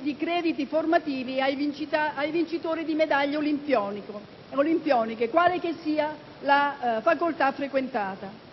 di crediti formativi ai vincitori di medaglie olimpioniche, quale che sia la facoltà frequentata.